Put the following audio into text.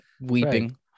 weeping